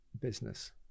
business